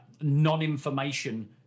non-information